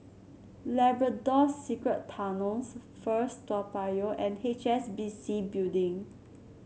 Labrador Secret Tunnels First Toa Payoh and H S B C Building